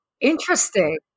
Interesting